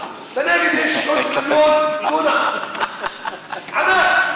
בנגב יש 13 מיליון דונם, ענק.